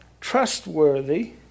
trustworthy